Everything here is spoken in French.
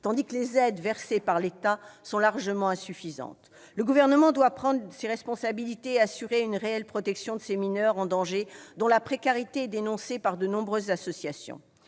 tandis que les aides versées par l'État sont largement insuffisantes. Le Gouvernement doit prendre ses responsabilités et assurer une réelle protection de ces mineurs en danger, dont la précarité est dénoncée par de nombreuses associations.